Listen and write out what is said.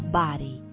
body